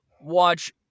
watch